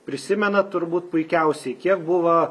prisimenat turbūt puikiausiai kiek buvo